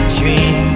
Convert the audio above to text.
dream